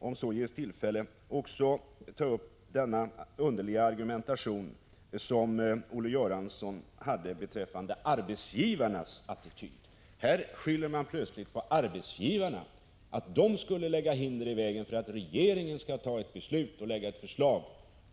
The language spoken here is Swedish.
Jag skall senare, om tillfälle ges, också ta upp den underliga argumentation som Olle Göransson hade beträffande arbetsgivarnas attityd. Här skyller man plötsligt på att arbetsgivarna skulle lägga hinder i vägen för regeringen att lägga fram ett förslag